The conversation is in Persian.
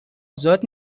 ازاد